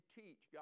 teach